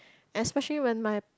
especially when my